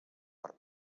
per